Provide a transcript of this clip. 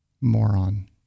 Moron